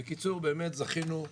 בקיצור, זכינו,